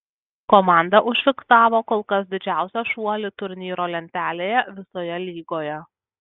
komanda užfiksavo kol kas didžiausią šuolį turnyro lentelėje visoje lygoje